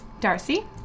Darcy